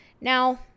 Now